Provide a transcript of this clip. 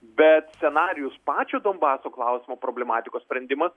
bet scenarijus pačio donbaso klausimo problematikos sprendimas